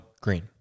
green